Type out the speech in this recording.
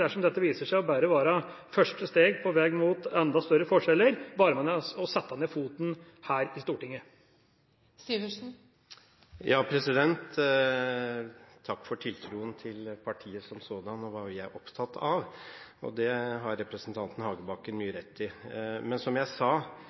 dersom dette viser seg bare å være første steg på veien mot enda større forskjeller – være med og sette ned foten her i Stortinget? Takk for tiltroen til partiet som sådant og hva vi er opptatt av. Det har representanten Hagebakken mye rett i. Men som jeg sa,